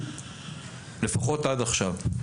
לפחות עד עכשיו.